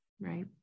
right